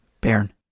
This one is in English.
Baron